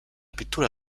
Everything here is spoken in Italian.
pittura